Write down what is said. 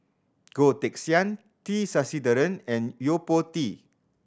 Goh Teck Sian T Sasitharan and Yo Po Tee